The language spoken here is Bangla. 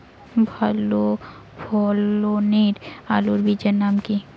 ভালো ফলনের আলুর বীজের নাম কি?